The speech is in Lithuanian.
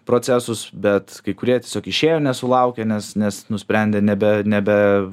procesus bet kai kurie tiesiog išėjo nesulaukę nes nes nusprendė nebe nebe